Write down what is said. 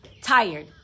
Tired